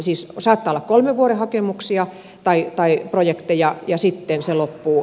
siis saattaa olla kolmen vuoden projekteja ja sitten se loppuu